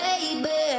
Baby